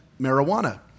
marijuana